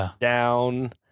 down